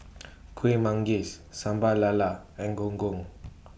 Kueh Manggis Sambal Lala and Gong Gong